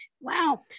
Wow